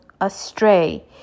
astray